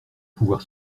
pouvoir